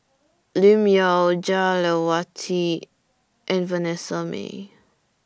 Lim Yau Jah Lelawati and Vanessa Mae